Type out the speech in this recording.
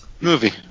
movie